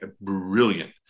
brilliant